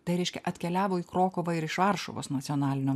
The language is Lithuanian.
tai reiškia atkeliavo į krokuvą ir iš varšuvos nacionalinio